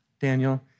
Daniel